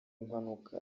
mpanuka